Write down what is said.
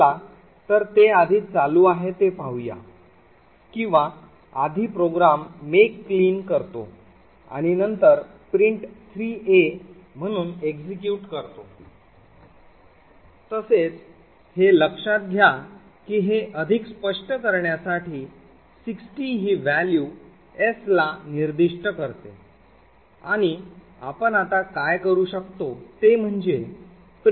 चला तर ते आधी चालू आहे ते पाहूया किंवा आधी प्रोग्राम make clean करतो आणि नंतर print3a म्हणून execute करतो तसेच हे लक्षात घ्या की हे अधिक स्पष्ट करण्यासाठी 60 हि value s ला निर्दिष्ट करते आणि आपण आता काय करू शकतो ते म्हणजे print3a